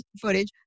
footage